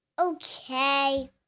Okay